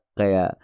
kaya